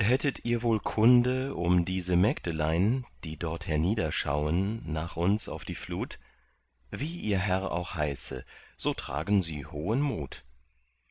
hättet ihr wohl kunde um diese mägdelein die dort hernieder schauen nach uns auf die flut wie ihr herr auch heiße so tragen sie hohen mut